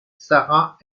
sarah